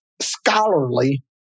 scholarly